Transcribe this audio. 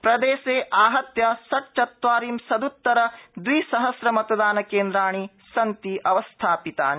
प्रदेशे आहत्य षट् चत्वारिंशदुतर द्वि सहस्रं मतदानकेन्द्राणि सन्ति अवस्थापितानि